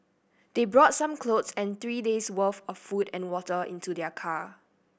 they brought some clothes and three days worth of food and water into their car